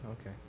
Okay